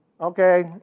Okay